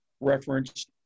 referenced